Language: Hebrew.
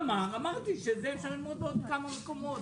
אמרתי שאת זה אפשר ללמוד בעוד כמה מקומות,